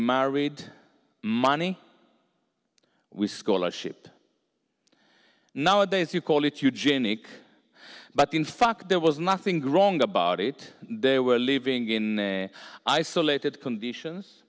married money with scholarship nowadays you call it eugenic but in fact there was nothing wrong about it they were living in isolated conditions